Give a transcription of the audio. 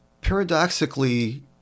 paradoxically